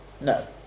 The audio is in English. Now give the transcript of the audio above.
No